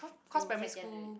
in secondary